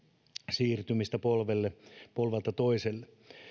siirtymistä polvelta polvelta toiselle